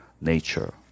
nature